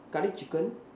Curry chicken